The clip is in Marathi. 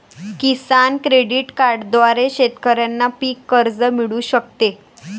किसान क्रेडिट कार्डद्वारे शेतकऱ्यांना पीक कर्ज मिळू शकते